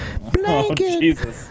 Blanket